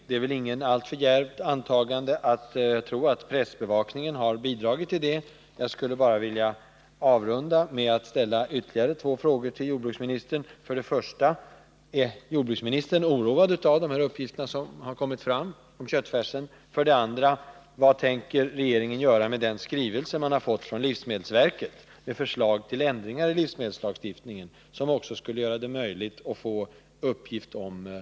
Det är väl inte alltför djärvt att tro, att pressbevakningen har bidragit till det. Jag skulle bara vilja ställa ytterligare två frågor till jordbruksministern: 1. Är jordbruksministern oroad av de uppgifter som har kommit fram om köttfärsen? 2. Vad tänker regeringen göra med den skrivelse som den har fått från livsmedelsverket med förslag till sådan ändring i livsmedelslagstiftningen att uppgift om förpackningsdag skall lämnas på köttfärspaketet, så att konsumenten själv kan bedöma hur gammal köttfärs han köper? Herr talman!